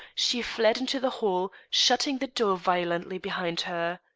she fled into the hall, shutting the door violently behind her.